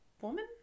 woman